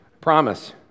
Promise